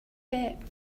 yet